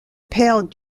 père